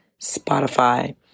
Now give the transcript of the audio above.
Spotify